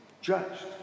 judged